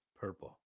Purple